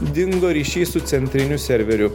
dingo ryšys su centriniu serveriu